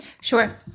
Sure